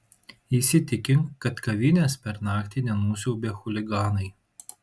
įsitikink kad kavinės per naktį nenusiaubė chuliganai